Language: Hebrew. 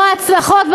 כמו ההצלחות,